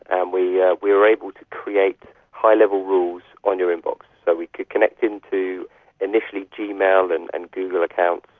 and we yeah we were able to create high level rules on your inbox, so we could connect into initially gmail and and google accounts.